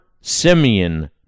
Simeon